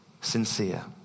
sincere